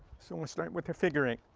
so let's start with their figure eight.